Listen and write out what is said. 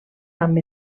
amb